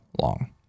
long